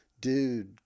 Dude